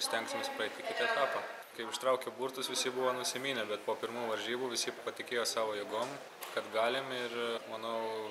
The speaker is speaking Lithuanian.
stengsimės praeit į kitą etapą kai jau ištraukė burtus visi buvo nusiminę bet po pirmų varžybų visi patikėjo savo jėgom kad galim ir manau